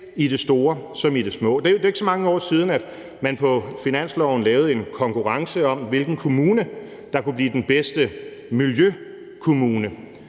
i det store som i det små. Det er jo ikke så mange år siden, man på finansloven lavede en konkurrence om, hvilken kommune der kunne blive den bedste miljøkommune.